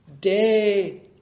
day